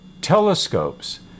telescopes